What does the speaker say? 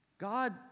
God